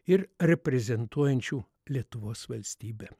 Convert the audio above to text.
ir reprezentuojančių lietuvos valstybę